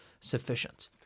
sufficient